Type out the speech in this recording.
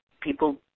People